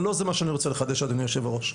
אבל לא זה מה שאני רוצה לחדש, אדוני יושב הראש.